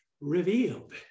revealed